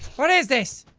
what is this?